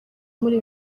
muri